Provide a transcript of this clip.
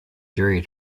jury